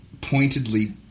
pointedly